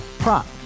Prop